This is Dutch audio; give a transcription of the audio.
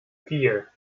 vier